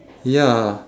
ya